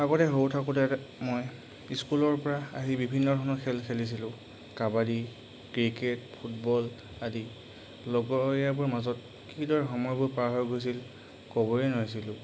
আগতে সৰু থাকোঁতে মই স্কুলৰপৰা আহি বিভিন্ন ধৰণৰ খেল খেলিছিলোঁ কাবাডী ক্ৰিকেট ফুটবল আদি লগৰীয়াবোৰ মাজত কিদৰে সময়বোৰ পাৰ হৈ গৈছিল ক'বই নোৱাৰিছিলোঁ